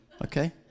okay